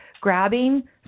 grabbing